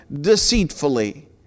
deceitfully